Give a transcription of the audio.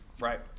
Right